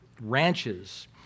ranches